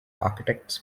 architect’s